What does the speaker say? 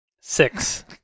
Six